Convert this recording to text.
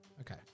Okay